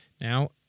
Now